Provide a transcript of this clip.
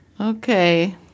Okay